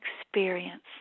experience